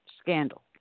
scandal